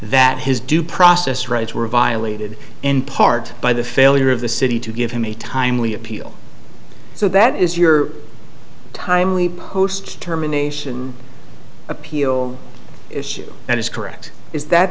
that his due process rights were violated in part by the failure of the city to give him a timely appeal so that is your timely post terminations appeal issue that is correct is that